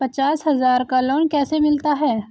पचास हज़ार का लोन कैसे मिलता है?